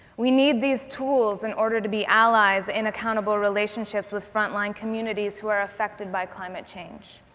we need these tools in order to be allies in accountable relationships with front line communities who are affected by climate change.